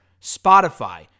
Spotify